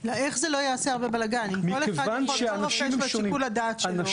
איך זה לא יעשה הרבה בלגאן אם לכל רופא יש שיקול הדעת שלו?